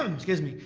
um excuse me.